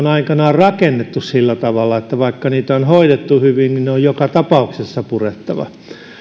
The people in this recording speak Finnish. rakennettu sillä tavalla että vaikka niitä on hoidettu hyvin ne on joka tapauksessa purettava